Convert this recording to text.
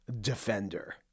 Defender